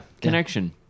connection